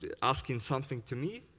ah asking something to me,